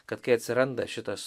kad kai atsiranda šitas